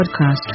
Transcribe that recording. podcast